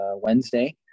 Wednesday